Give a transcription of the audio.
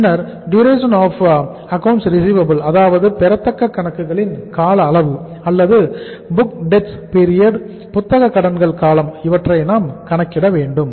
பின்னர் duration of accounts receivable அதாவது புத்தக கடன்கள் காலம் இவற்றை நாம் கணக்கிட வேண்டும்